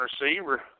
receiver